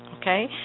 okay